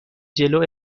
جلو